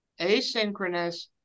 asynchronous